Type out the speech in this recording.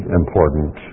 important